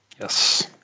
Yes